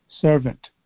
servant